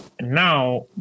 now